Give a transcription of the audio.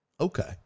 Okay